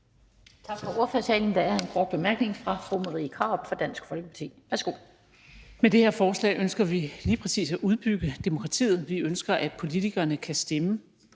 Tak for ordførertalen. Der er en kort bemærkning fra fru Marie Krarup fra Dansk Folkeparti. Værsgo. Kl. 19:55 Marie Krarup (DF): Med det her forslag ønsker vi lige præcis at udbygge demokratiet. Vi ønsker, at politikerne kan stemme